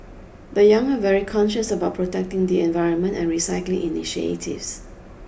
the young are very conscious about protecting the environment and recycling initiatives